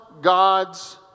God's